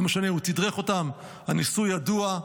לא משנה, הוא תדרך אותם, הניסוי ידוע.